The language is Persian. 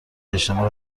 اجتماع